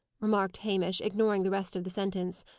remarked hamish, ignoring the rest of the sentence.